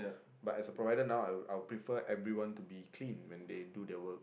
but as a provider now I will I will prefer everyone to be clean when they do their work